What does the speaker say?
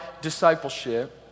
discipleship